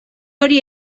hori